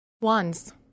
wands